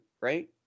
right